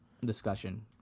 discussion